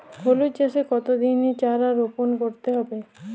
হলুদ চাষে কত দিনের চারা রোপন করতে হবে?